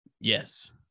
yes